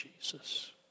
Jesus